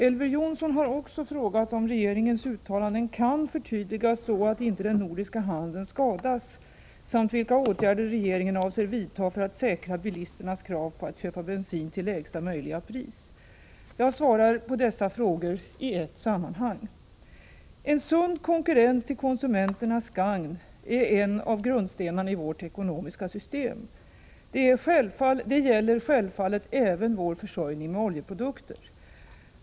Elver Jonsson har också frågat om regeringens uttalanden kan förtydligas, så att inte den nordiska handeln skadas, samt vilka åtgärder regeringen avser vidta för att säkra bilisternas krav på att köpa bensin till lägsta möjliga pris. Jag svarar på dessa frågor i ett sammanhang. En sund konkurrens till konsumenternas gagn är en av grundstenarna i vårt ekonomiska system. Det gäller självfallet även vår försörjning med oljeprodukter.